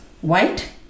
white